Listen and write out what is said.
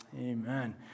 Amen